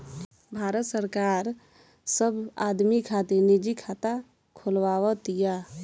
भारत सरकार सब आदमी खातिर निजी खाता खोलवाव तिया